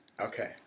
Okay